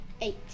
Eight